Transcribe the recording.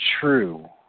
true